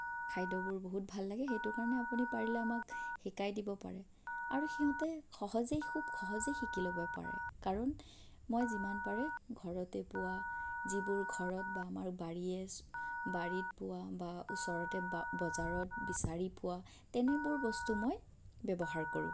খাদ্যবোৰ বহুত ভাল লাগে সেইটো কাৰণে আপুনি পাৰিলে আমাক শিকাই দিব পাৰে আৰু সিহঁতে সহজে খুব সহজে শিকি ল'ব পাৰে কাৰণ মই যিমান পাৰে ঘৰতে পোৱা যিবোৰ ঘৰত বা আমাৰ বাৰীয়ে বাৰীত পোৱা বা ওচৰতে বজাৰত বিচাৰি পোৱা তেনেবোৰ বস্তু মই ব্যৱহাৰ কৰোঁ